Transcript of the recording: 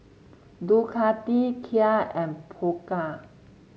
Ducati Kia and Pokka